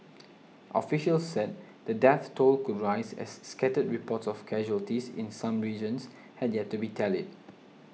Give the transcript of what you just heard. officials said the death toll could rise as scattered reports of casualties in some regions had yet to be tallied